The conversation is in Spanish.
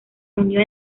unió